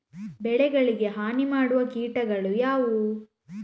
ಬೆಳೆಗಳಿಗೆ ಹಾನಿ ಮಾಡುವ ಕೀಟಗಳು ಯಾವುವು?